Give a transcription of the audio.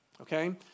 okay